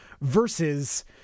versus